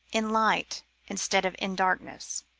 in light instead of in darkness.